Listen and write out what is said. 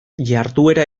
jarduera